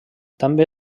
també